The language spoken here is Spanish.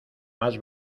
más